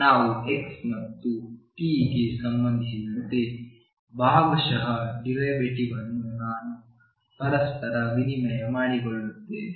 ನಾವು x ಮತ್ತು t ಗೆ ಸಂಬಂಧಿಸಿದಂತೆ ಭಾಗಶಃ ಡಿರೈವೆಟಿವ್ ಅನ್ನು ನಾನು ಪರಸ್ಪರ ವಿನಿಮಯ ಮಾಡಿಕೊಳ್ಳುತ್ತೇನೆ